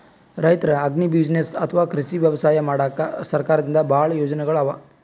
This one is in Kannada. ರೈತರ್ ಅಗ್ರಿಬುಸಿನೆಸ್ಸ್ ಅಥವಾ ಕೃಷಿ ವ್ಯವಸಾಯ ಮಾಡಕ್ಕಾ ಸರ್ಕಾರದಿಂದಾ ಭಾಳ್ ಯೋಜನೆಗೊಳ್ ಅವಾ